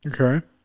okay